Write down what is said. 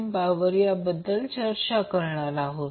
त्याचप्रमाणे VBN साठी आणि त्याचप्रमाणे VCN साठी असेल